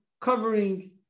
covering